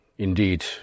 indeed